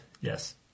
yes